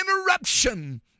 interruption